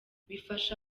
bifasha